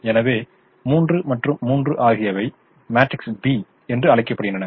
எனவே 3 மற்றும் 3 ஆகியவை மேட்ரிக்ஸ் B என்று அழைக்கப்படுகின்றன